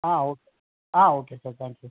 ah okay ah okay sir thank you